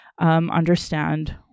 understand